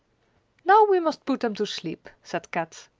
now we must put them to sleep, said kat.